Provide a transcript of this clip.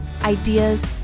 ideas